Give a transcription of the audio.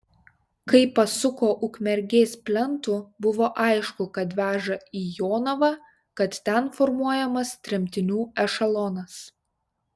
kai pasuko ukmergės plentu buvo aišku kad veža į jonavą kad ten formuojamas tremtinių ešelonas